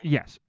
Yes